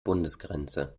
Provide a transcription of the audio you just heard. bundesgrenze